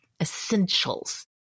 essentials